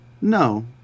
No